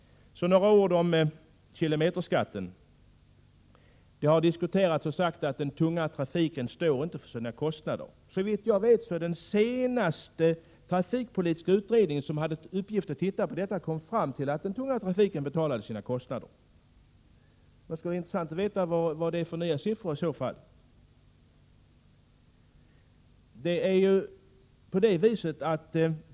Så några ord om kilometerskatten. Det har sagts att den tunga trafiken står inte för sina kostnader. Såvitt jag vet kom den senaste trafikpolitiska utredningen, som hade till uppgift att undersöka detta, fram till att den tunga trafiken betalade sina kostnader. Det skulle vara intressant att få veta vilka nya siffror som kan ha kommit fram.